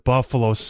Buffalo